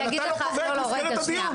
אבל אתה לא קובע את מסגרת הדיון.